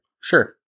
Sure